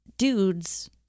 dudes